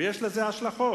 ויש לזה השלכות.